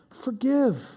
forgive